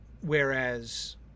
Whereas